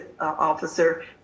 officer